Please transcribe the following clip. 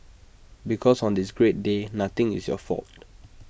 because on this great day nothing is your fault